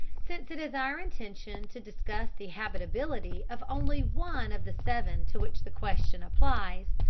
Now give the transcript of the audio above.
since it is our intention to discuss the habitability of only one of the seven to which the question applies,